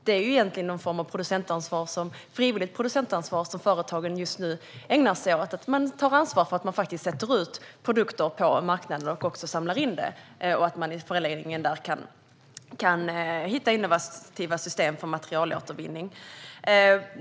Det är ju egentligen en form av frivilligt producentansvar som företagen just nu ägnar sig åt: Man tar ansvar för att man sätter ut produkter på marknaden och samlar också in dem. I förlängningen kan man hitta innovativa system för materialåtervinning.